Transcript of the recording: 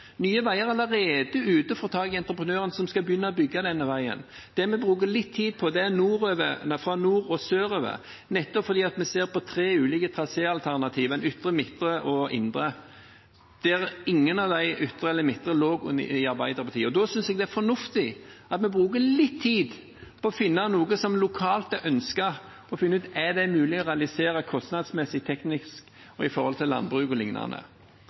Nye Veier er allerede ute for å få tak i entreprenøren som skal begynne å bygge veien. Det vi bruker litt tid på, er fra nord og sørover, nettopp fordi vi ser på tre ulike traséalternativer, den ytre, den midtre og den indre, der verken den ytre eller den midtre lå inne hos Arbeiderpartiet. Da synes jeg det er fornuftig at vi bruker litt tid på å finne noe som lokalt er ønsket, og finne ut om det er mulig å realisere det kostnadsmessig, teknisk, når det gjelder landbruk